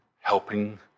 helping